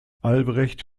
albrecht